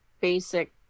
basic